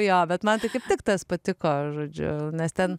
jo bet man tai kaip tik tas patiko žodžiu nes ten